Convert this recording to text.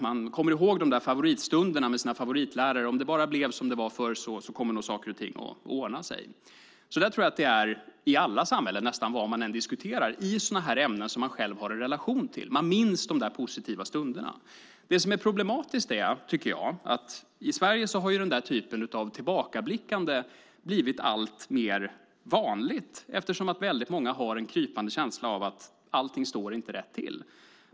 De kommer ihåg favoritstunderna med sina favoritlärare. Om det bara blev som det var förr kommer nog saker och ting att ordna sig. Så tror jag att det är i alla samhällen nästan vad man än diskuterar i sådana ämnen som man själv har en relation till. Man minns de positiva stunderna. Det som är problematiskt är att i Sverige har den typen av tillbakablickande blivit alltmer vanligt eftersom väldigt många har en krypande känsla av att allting inte står rätt till.